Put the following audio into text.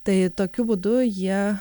tai tokiu būdu jie